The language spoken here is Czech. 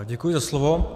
Děkuji za slovo.